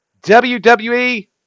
WWE